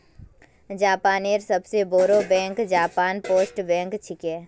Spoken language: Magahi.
जापानेर सबस बोरो बैंक जापान पोस्ट बैंक छिके